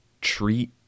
treat